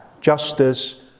justice